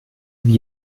wie